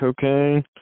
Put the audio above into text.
cocaine